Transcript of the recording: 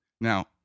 Now